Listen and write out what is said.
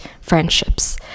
friendships